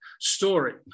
story